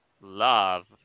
love